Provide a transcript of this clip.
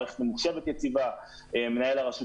מערכת ממוחשבת יציבה.